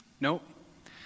Nope